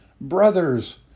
Brothers